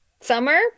summer